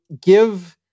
give